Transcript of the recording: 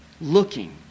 Looking